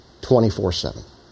24-7